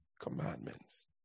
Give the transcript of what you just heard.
commandments